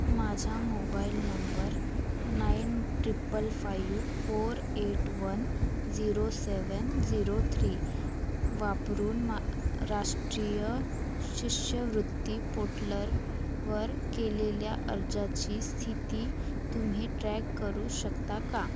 माझा mobile number nine triple five four eight one zero seven zero three वापरून मा राष्ट्रीय शिष्यवृत्ती पोटलर वर केलेल्या अर्जाची स्थिती तुम्ही ट्रॅक करू शकता का